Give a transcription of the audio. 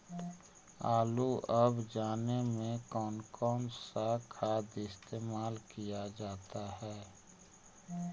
आलू अब जाने में कौन कौन सा खाद इस्तेमाल क्या जाता है?